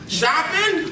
shopping